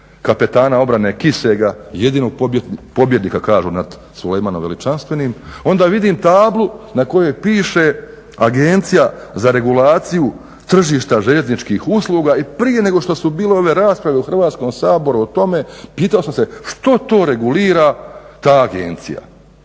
kapetana obrane … jedinog pobjednika, kažu, nad Sulejmanom Veličanstvenim, onda vidim tablu na kojoj piše Agencija za regulaciju tržišta željezničkih usluga i prije nego što su bile ove rasprave u Hrvatskom saboru o tome pitao sam se što to regulira ta agencija.